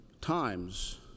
times